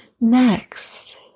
Next